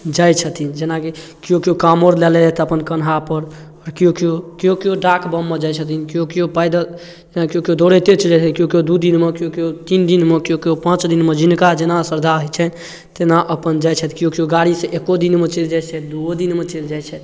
जाइ छथिन जेनाकि केओ केओ कामरु लैलए लै छथि अपन कन्हापर आओर केओ केओ केओ केओ डाकबममे जाए छथिन केओ केओ पैदल जेना केओ केओ दौड़ते चलि जाए छथिन केओ केओ दुइ दिनमे केओ केओ तीन दिनमे केओ केओ पाँच दिनमे जिनका जेना श्रद्धा होइ छनि तेना अपन जाए छथि केओ केओ गाड़ीसँ एको दिनमे चलि जाए छथि दुइओ दिनमे चलि जाए छथि